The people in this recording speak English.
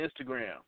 Instagram